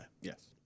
Yes